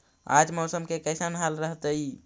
आज मौसम के कैसन हाल रहतइ?